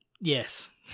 yes